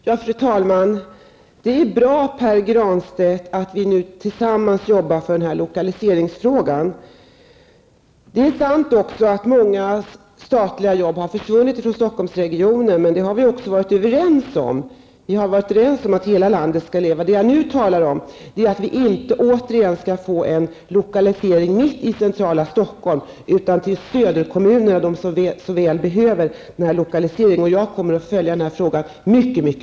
Fru talman! Det är bra, Pär Granstedt, att vi nu arbetar tillsammans när det gäller frågan om lokaliseringen. Det är också sant att många statliga arbeten har försvunnit från Stockholmsregionen, men den utvecklingen har vi också varit eniga om. Vi har varit överens om att hela landet skall leva. Det jag talat om är vikten av att vi nu inte återigen skall få en lokalisering mitt i centrala Stockholm, utan en lokalisering till söderkommunerna, som så väl behöver en sådan. Jag kommer att följa denna fråga mycket noga.